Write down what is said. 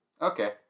Okay